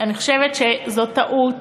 אני חושבת שזאת טעות.